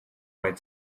went